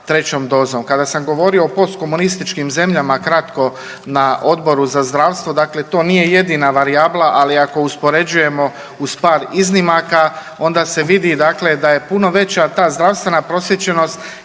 Kada sam govorio o post komunističkim zemljama kratko na Odboru za zdravstvo, dakle to nije jedina varijabla. Ali ako uspoređujemo uz par iznimaka onda se vidi, dakle da je puno veća ta zdravstvena prosvjećenost